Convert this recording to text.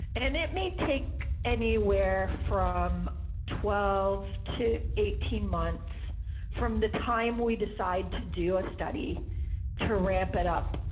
and it may take anywhere from twelve to eighteen months from the time we decide to do a study to ramp it up